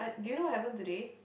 do you know what happened today